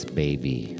baby